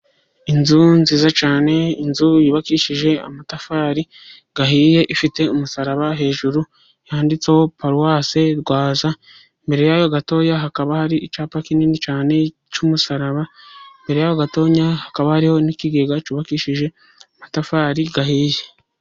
Inzu nziza cyane, inzu yubakishije amatafari ahiye, ifite umusaraba hejuru, yanditseho "Paruwase Rwaza", imbere yayo gatoya hakaba hari icyapa kinini cyane cy’umusaraba. Imbere yaho gatoya, hakaba hariho n’ikigega cyubakishije amatafari ahiye.